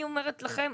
אני אומרת לכם,